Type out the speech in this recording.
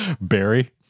Barry